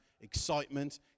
excitement